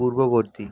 পূর্ববর্তী